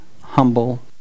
humble